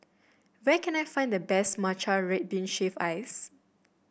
where can I find the best Matcha Red Bean Shaved Ice